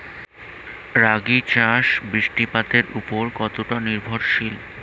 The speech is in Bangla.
রাগী চাষ বৃষ্টিপাতের ওপর কতটা নির্ভরশীল?